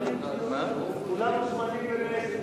כולנו זמניים ל-120 שנה.